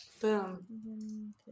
Boom